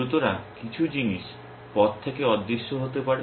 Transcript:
সুতরাং কিছু জিনিস পথ থেকে অদৃশ্য হতে পারে